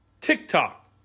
TikTok